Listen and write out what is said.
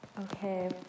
Okay